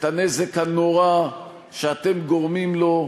את הנזק הנורא שאתם גורמים לו,